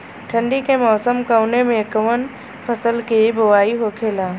ठंडी के मौसम कवने मेंकवन फसल के बोवाई होखेला?